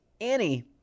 Annie